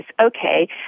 okay